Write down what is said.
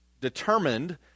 determined